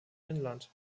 inland